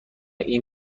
این